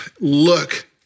look